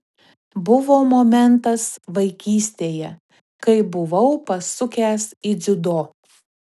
buvo momentas vaikystėje kai buvau pasukęs į dziudo